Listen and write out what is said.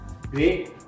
great